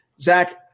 Zach